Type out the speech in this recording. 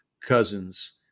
cousins